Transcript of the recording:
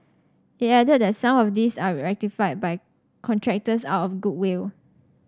it added that some of these are rectified by contractors out of goodwill